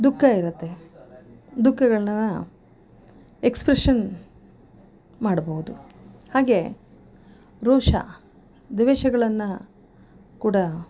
ದುಃಖ ಇರುತ್ತೆ ದುಃಖಗಳನ್ನ ಎಕ್ಸ್ಪ್ರೆಶನ್ ಮಾಡಬಹುದು ಹಾಗೆಯೇ ರೋಷ ದ್ವೇಷಗಳನ್ನು ಕೂಡ